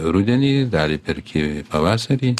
rudenį dar perki pavasarį